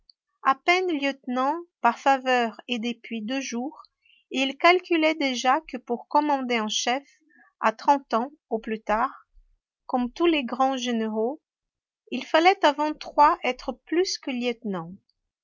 a peine lieutenant par faveur et depuis deux jours il calculait déjà que pour commander en chef à trente ans au plus tard comme tous les grands généraux il fallait à vingt-trois être plus que lieutenant